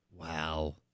Wow